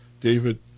David